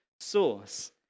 source